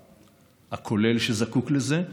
הכולל שזקוק לזה.